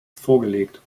vorgelegt